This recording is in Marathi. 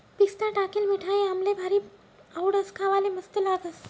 पिस्ता टाकेल मिठाई आम्हले भारी आवडस, खावाले मस्त लागस